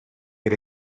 get